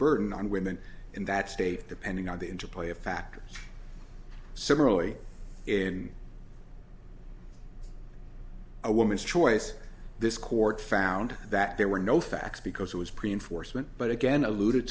burden on women in that state depending on the interplay of factors similarly in a woman's choice this court found that there were no facts because it was pre enforcement but again alluded